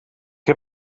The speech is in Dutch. heb